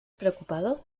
preocupado